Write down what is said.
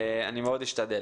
אני מאוד אשתדל.